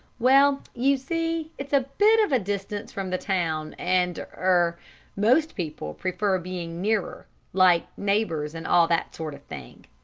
well, you see, it's a bit of a distance from the town, and er most people prefer being nearer like neighbours and all that sort of thing.